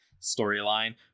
storyline